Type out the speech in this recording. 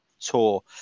Tour